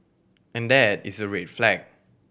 and that is a red flag